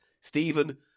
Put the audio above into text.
Stephen